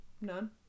None